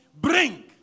bring